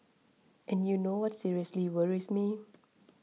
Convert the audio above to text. and you know what seriously worries me